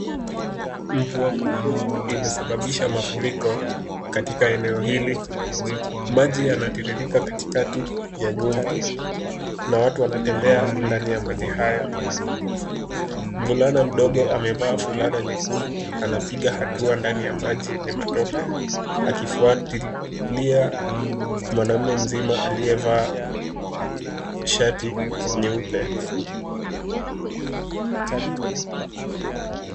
Mvua kubwa imesababisha mafuriko katika eneo hili. Maji yanatiririka katikati ya nyumba na watu wanatembea ndani ya maji hayo. Mvulana mdogo amevaa fulana nyekundu anapiga hatua ndani ya maji yenye matope, akifuatilia mwanamume mzima aliyevaa shati nyeupe.